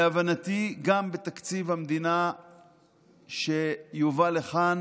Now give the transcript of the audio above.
להבנתי, גם בתקציב המדינה שיובא לכאן